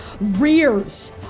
rears